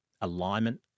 alignment